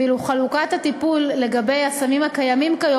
ואילו חלוקת הטיפול בסמים הקיימים כיום